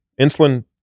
Insulin